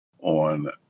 on